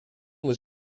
was